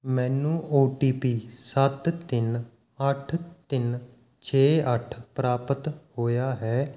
ਮੈਨੂੰ O T P ਸੱਤ ਤਿੰਨ ਅੱਠ ਤਿੰਨ ਛੇ ਅੱਠ ਪ੍ਰਾਪਤ ਹੋਇਆ ਹੈ